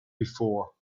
before